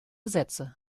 sätze